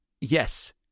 Yes